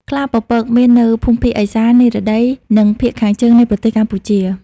ខ្លាពពកមាននៅភូមិភាគឥសាន និរតី និងភាគខាងជើងនៃប្រទេសកម្ពុជា។